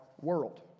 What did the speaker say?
world